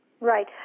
Right